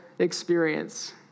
experience